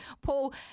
Paul